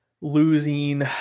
losing